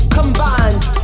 combined